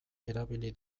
erabili